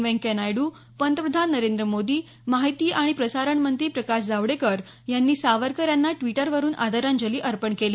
व्यंकय्या नायडू पंतप्रधान नरेंद्र मोदी माहिती आणि प्रसारण मंत्री प्रकाश जावडेकर यांनी सावरकर यांना ड्वीटरवरून आदरांजली अर्पण केली